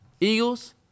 Eagles